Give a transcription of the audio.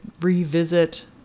revisit